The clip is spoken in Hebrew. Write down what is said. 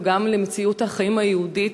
וגם למציאות החיים היהודית